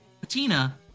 Patina